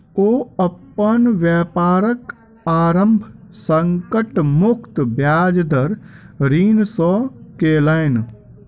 ओ अपन व्यापारक आरम्भ संकट मुक्त ब्याज दर ऋण सॅ केलैन